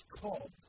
called